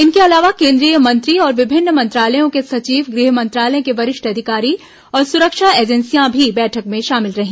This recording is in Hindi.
इनके अलावा केन्द्रीय मंत्री और विभिन्न मंत्रालयों के सचिव गृह मंत्रालय के वरिष्ठ अधिकारी और सुरक्षा एजेन्सियां भी बैठक में शामिल रही